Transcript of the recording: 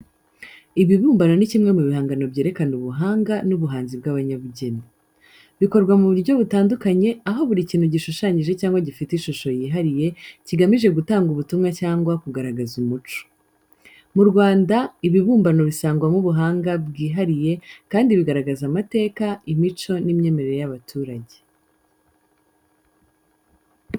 Ibibumbano ni kimwe mu bihangano byerekana ubuhanga n’ubuhanzi bw’abanyabugeni. Bikorwa mu buryo butandukanye, aho buri kintu gishushanyije cyangwa gifite ishusho yihariye, kigamije gutanga ubutumwa cyangwa kugaragaza umuco. Mu Rwanda, ibibumbano bisangwamo ubuhanga bwihariye kandi bigaragaza amateka, imico n’imyemerere y'abaturage.